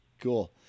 cool